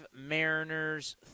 Mariners